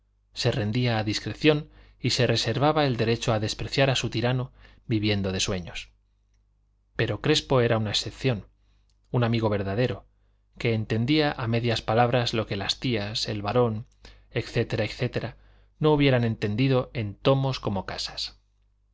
se rendía a discreción y se reservaba el derecho a despreciar a su tirano viviendo de sueños pero crespo era una excepción un amigo verdadero que entendía a medias palabras lo que las tías el barón etc etc no hubieran entendido en tomos como casas